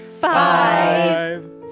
five